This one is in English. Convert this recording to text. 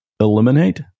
eliminate